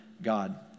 God